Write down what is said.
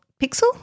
Pixel